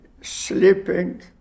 sleeping